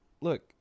look